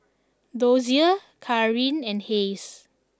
Dozier Karin and Hays